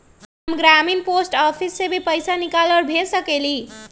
हम ग्रामीण post office से भी पैसा निकाल और भेज सकेली?